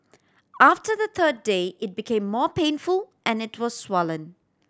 after the third day it became more painful and it was swollen